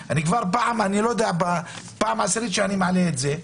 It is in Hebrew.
פעם עשירית שאני מעלה את זה.